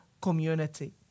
community